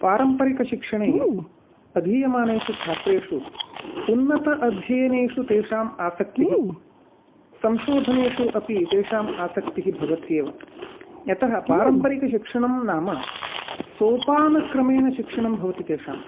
पारम्परिकशिक्षणे अधीयमानेषु छात्रेषु उन्नत अध्ययनेषु तेषाम् आसक्तिः संशोधनेषु अपि तेषाम् आसक्तिः भवत्येव यतः पारम्परिकशिक्षणं नाम सोपानक्रमेणशिक्षणं भवति तेषाम्